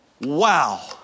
Wow